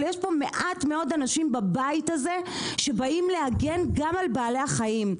אבל יש מעט מאוד אנשים בבית הזה שבאים להגן גם על בעלי החיים.